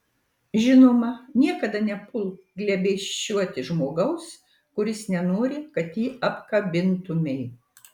žinoma niekada nepulk glėbesčiuoti žmogaus kuris nenori kad jį apkabintumei